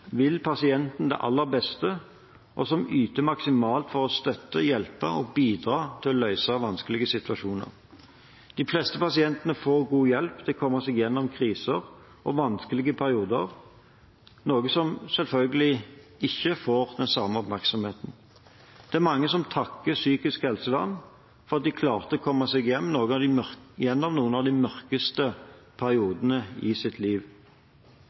yter maksimalt for å støtte, hjelpe og bidra til å løse vanskelige situasjoner. De fleste pasientene får god hjelp til å komme seg gjennom kriser og vanskelige perioder, noe som ikke får den samme oppmerksomheten. Det er mange som takker psykisk helsevern for at de klarte å komme seg igjennom noen av de mørkeste periodene i sitt liv.